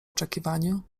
oczekiwaniu